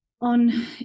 on